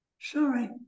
sorry